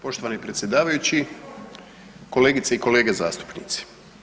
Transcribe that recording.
Poštovani predsjedavajući, kolegice i kolege zastupnici.